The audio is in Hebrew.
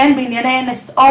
בענייני NSO,